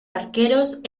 arqueros